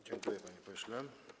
Dziękuję, panie pośle.